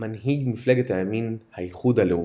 מנהיג מפלגת הימין "האיחוד הלאומי",